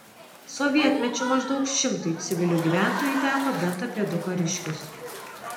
sovietmečiu maždaug šimtui civilių gyventojų teko bent apie du kariškius